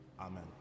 Amen